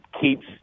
keeps